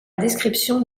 description